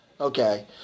Okay